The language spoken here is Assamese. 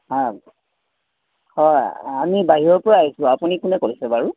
হা হয় আমি বাহিৰৰ পৰা আহিছোঁ আপুনি কোনে কৈছে বাৰু